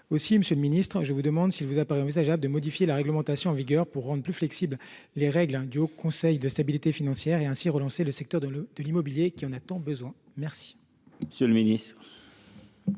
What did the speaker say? Monsieur le ministre, vous paraît il envisageable de modifier la réglementation en vigueur pour rendre plus flexibles les règles du Haut Conseil de stabilité financière et ainsi relancer le secteur de l’immobilier qui en a tant besoin ? La parole est à M. le ministre.